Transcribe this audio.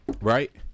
right